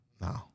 No